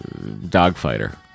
Dogfighter